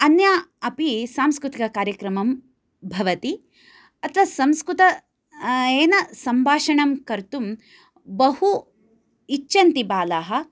अन्या अपि सांस्कृतिककार्यक्रमं भवति अत्र संस्कृतं येन सम्भाषणं कर्तुं बहु इच्छन्ति बालाः